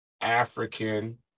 African